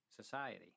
society